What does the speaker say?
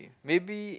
maybe